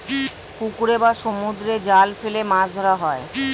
পুকুরে বা সমুদ্রে জাল ফেলে মাছ ধরা হয়